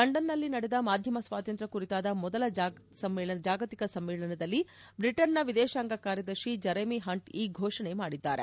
ಲಂಡನ್ನಲ್ಲಿ ನಡೆದ ಮಾಧ್ಯಮ ಸ್ವಾತಂತ್ರ್ ಕುರಿತಾದ ಮೊದಲ ಜಾಗತಿಕ ಸಮ್ಮೇಳನದಲ್ಲಿ ಬ್ರಿಟನ್ನ ವಿದೇಶಾಂಗ ಕಾರ್ಯದರ್ಶಿ ಜಿರೇಮಿ ಹಂಟ್ ಈ ಘೋಷಣೆ ಮಾದಿದ್ದಾರೆ